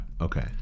Okay